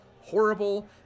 horrible